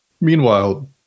Meanwhile